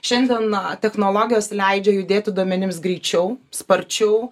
šiandien na technologijos leidžia judėti duomenims greičiau sparčiau